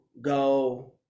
go